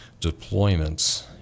deployments